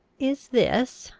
is this,